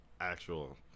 actual